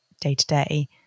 day-to-day